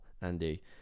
Andy